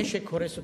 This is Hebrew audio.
הנשק הורס אותנו,